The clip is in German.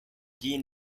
gehen